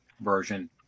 version